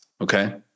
okay